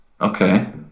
Okay